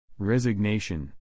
Resignation